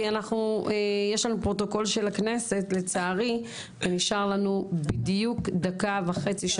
כי יש לנו פרוטוקול של הכנסת ונשאר לנו בדיוק דקה וחצי.